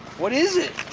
what is it?